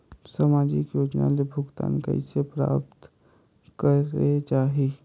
समाजिक योजना ले भुगतान कइसे प्राप्त करे जाहि?